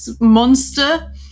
monster